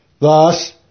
Thus